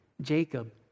Jacob